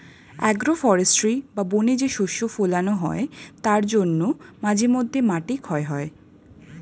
agro forestry বা বনে যে শস্য ফোলানো হয় তার জন্য মাঝে মধ্যে মাটি ক্ষয় হয়